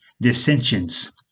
dissensions